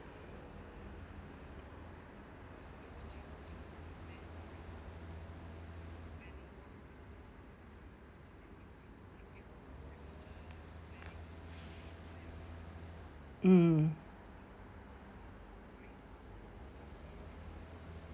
mm